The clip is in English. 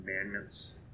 commandments